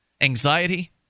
anxiety